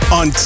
on